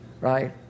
Right